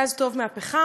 הגז טוב מהפחם,